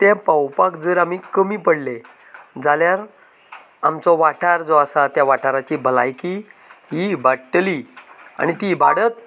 तें पावोवपाक जर आमी कमी पडलें जाल्यार आमचो वाठार जो आसा त्या वाठाराची भलायकी ही इबाडटली आनी तीं इबाडत